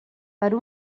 per